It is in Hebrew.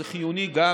זה חיוני גם